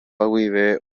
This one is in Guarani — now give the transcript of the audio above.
guive